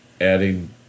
adding